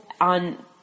on